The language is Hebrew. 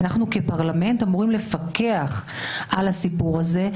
כפרלמנט אנחנו אמורים לפקח על הסיפור הזה.